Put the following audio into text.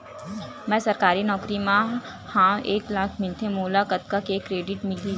मैं सरकारी नौकरी मा हाव एक लाख मिलथे मोला कतका के क्रेडिट मिलही?